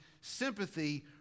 sympathy